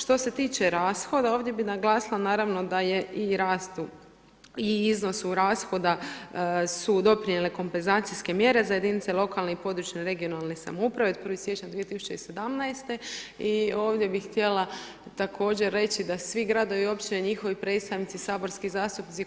Što se tiče rashoda, ovdje bih naglasila, naravno, da je i rastu i iznosu rashoda su doprinijele kompenzacijske mjere za jedinice lokalne i područne regionalne samouprave od 1. siječnja 2017.-te i ovdje bih htjela također reći da svi gradovi i općine, njihovi predstavnici, saborski zastupnici